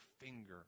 finger